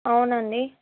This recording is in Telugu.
అవునండి